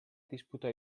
disputò